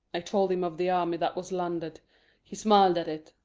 i told him of the army that was landed he smil'd at it.